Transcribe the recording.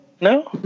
No